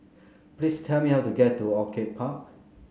please tell me how to get to Orchid Park